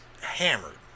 hammered